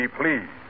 please